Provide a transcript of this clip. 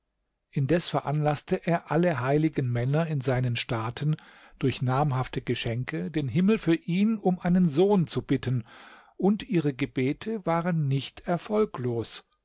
indes veranlaßte er alle heiligen männer in seinen staaten durch namhafte geschenke den himmel für ihn um einen sohn zu bitten und ihre gebete waren nicht erfolglos